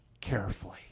carefully